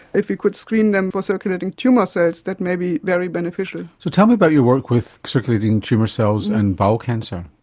if you could screen them for circulating tumour cells that may be very beneficial. so tell me about your work with circulating tumour cells and bowel cancer.